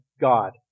God